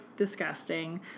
Disgusting